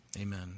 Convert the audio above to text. Amen